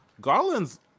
Garland's